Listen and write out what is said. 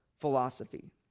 philosophy